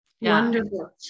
wonderful